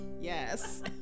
Yes